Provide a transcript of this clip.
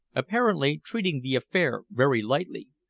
apparently treating the affair very lightly.